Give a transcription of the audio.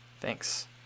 Thanks